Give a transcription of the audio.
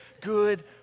good